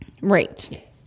Right